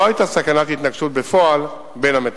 לא היתה סכנת התנגשות בפועל בין המטוסים.